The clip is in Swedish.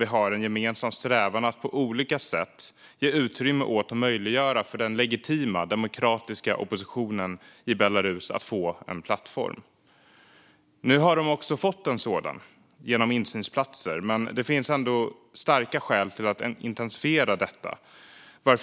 Vi har en gemensam strävan att på olika sätt ge utrymme åt och möjliggöra för den legitima, demokratiska oppositionen i Belarus att få en plattform. Nu har de fått en sådan plattform, genom insynsplatser. Men det finns ändå starka skäl för att intensifiera detta.